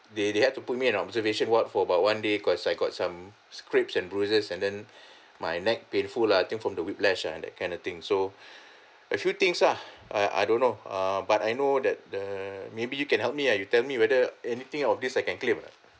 they they had to put me in observation ward for about one day cause I got some and bruises and then my neck painful lah I think from the whiplash ah that kind of thing so a few things lah I I don't know err but I know that the maybe you can help me ah you tell me whether anything of these I can claim ah